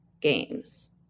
games